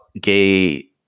gay